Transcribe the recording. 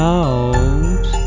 out